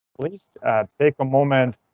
please take a moment